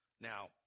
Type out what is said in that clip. Now